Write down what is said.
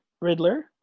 Riddler